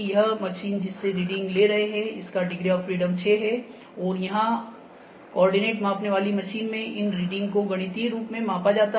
यह मशीन जिससे रीडिंग ले रहे है इसका डिग्री ऑफ़ फ्रीडम 6 है और यहां कोऑर्डिनेट मापने वाली मशीन में इन रीडिंग को गणितीय रूप में मापा जाता है